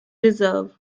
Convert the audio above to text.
reserve